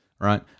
right